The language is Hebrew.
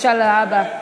בבקשה, להבא.